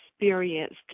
experienced